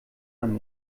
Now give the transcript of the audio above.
man